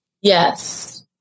Yes